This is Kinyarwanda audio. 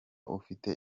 ufite